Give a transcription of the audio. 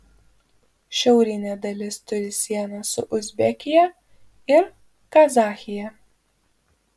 šiaurinė dalis turi sieną su uzbekija ir kazachija